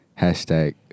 Hashtag